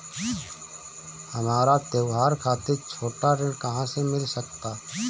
हमरा त्योहार खातिर छोट ऋण कहाँ से मिल सकता?